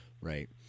Right